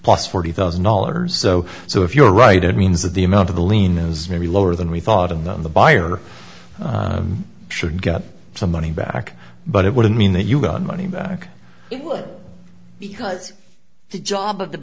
plus forty thousand dollars so so if you are right it means that the amount of the lien is maybe lower than we thought and then the buyer should get some money back but it wouldn't mean that you got money back because the job of the